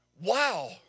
wow